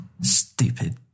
Stupid